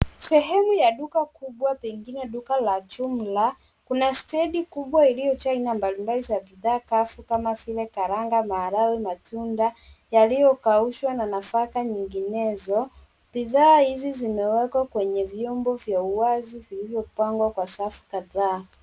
Sehemu ya duka kubwa pengine duka la jumla, kuna stendi kubwa iliyojaa aina mbalimbali za bidhaa kavu kama vile karanga, maharagwe, matunda yaliyokaushwa na nafaka nyinginezo. Bidhaa hizi zimewekwa kwenye vyombo vya uwazi vilivyopangwa kwa safu kadhaa.